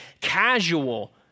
casual